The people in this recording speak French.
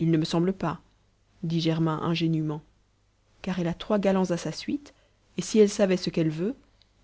il ne me semble pas dit germain ingénument car elle a trois galants à sa suite et si elle savait ce qu'elle veut